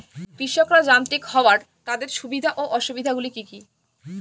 কৃষকরা যান্ত্রিক হওয়ার তাদের সুবিধা ও অসুবিধা গুলি কি কি?